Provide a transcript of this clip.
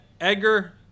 Edgar